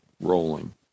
rolling